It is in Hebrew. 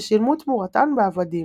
ששילמו תמורתן בעבדים.